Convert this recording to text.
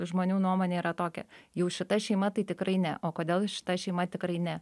žmonių nuomonė yra tokia jau šita šeima tai tikrai ne o kodėl šita šeima tikrai ne